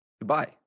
goodbye